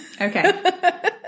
Okay